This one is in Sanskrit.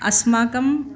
अस्माकम्